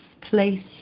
place